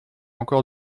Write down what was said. encore